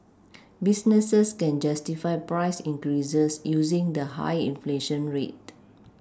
businesses can justify price increases using the high inflation rate